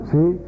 See